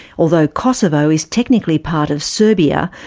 although kosovo is technically part of serbia,